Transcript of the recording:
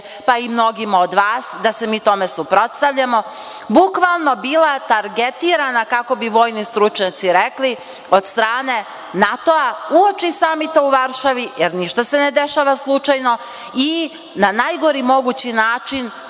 pa i mnogima od vas, da se mi tome suprotstavljamo, bukvalno bila targetirana, kako bi vojni stručnjaci rekli, od strane NATO-a uoči samita u Varšavi, jer ništa se ne dešava slučajno i na najgori mogući način